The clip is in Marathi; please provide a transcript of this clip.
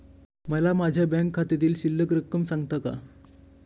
मला माझ्या बँक खात्यातील शिल्लक रक्कम सांगता का?